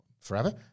forever